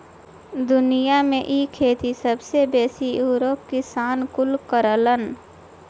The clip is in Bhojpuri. दुनिया में इ खेती सबसे बेसी यूरोपीय किसान कुल करेलन